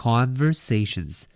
Conversations